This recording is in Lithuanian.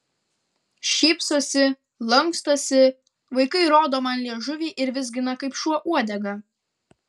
šypsosi lankstosi vaikai rodo man liežuvį ir vizgina kaip šuo uodegą